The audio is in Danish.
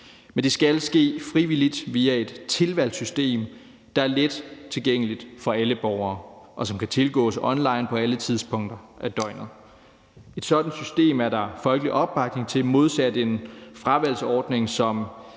Men det skal ske frivilligt via et tilvalgssystem, der er let tilgængeligt for alle borgere, og som kan tilgås online på alle tidspunkter af døgnet. Et sådant system er der folkelig opbakning til modsat en fravalgsordning, som